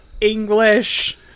english